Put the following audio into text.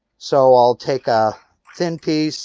so i'll take a thin piece.